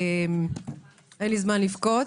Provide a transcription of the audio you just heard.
אין לי זמן לבכות